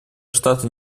штаты